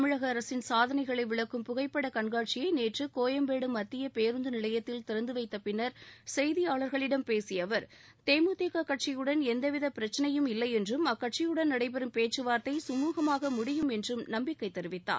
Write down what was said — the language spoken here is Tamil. தமிழக அரசின் சாதனைகளை விளக்கும் புகைப்பட கண்காட்சியை நேற்று கோயம்பேடு மத்திய பேருந்து நிலையத்தில் திறந்துவைத்த பின்னர் செய்தியாளர்களிடம் பேசிய அவர் தேமுதிக கட்சியுடன் எந்தவித பிரச்சினையும் இல்லை என்றும் அக்கட்சியுடன் நடைபெறும் பேச்சுவார்த்தை கமூகமாக முடியும் என்றும் நம்பிக்கை தெரிவித்தார்